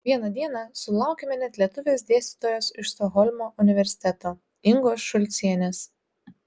vieną dieną sulaukėme net lietuvės dėstytojos iš stokholmo universiteto ingos šulcienės